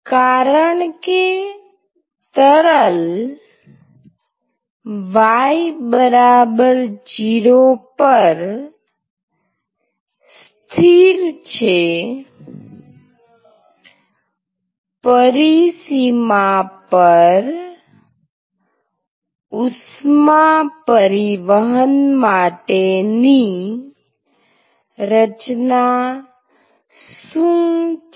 કારણકે તરલ y0 પર સ્થિર છે પરિસીમા પર ઉષ્મા પરિવહન માટે ની રચના શું છે